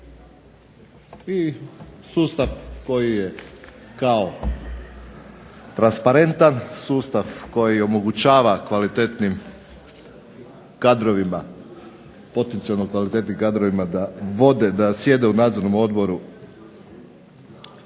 I sustav koji je dao transparentan, sustav koji omogućava kvalitetnim kadrovima poticajno kvalitetnim kadrovima da vode, da sjede u nadzornom odboru